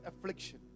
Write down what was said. affliction